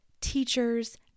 teachers